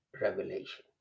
revelation